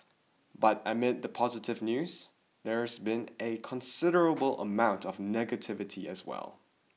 but amid the positive news there's been a considerable amount of negativity as well